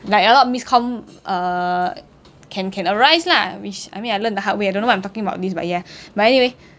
like a lot of miscomm uh can can arise lah which I mean I learnt the hard way I don't know what I'm talking about this but ya but anyway